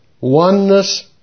oneness